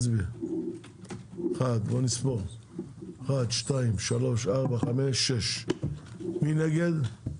הצבעה 6 בעד, 1נגד.